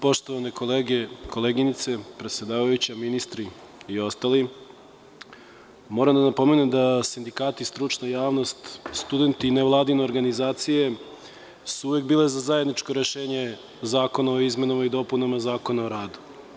Poštovane kolege i koleginice, predsedavajuća, ministri i ostali, moram da napomenem da sindikati, stručna javnost, studenti, nevladine organizacije su uvek bile za zajedničko rešenje zakona o izmenama i dopunama Zakona o radu.